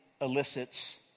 elicits